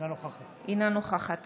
אינה נוכחת